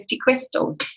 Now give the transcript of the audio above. crystals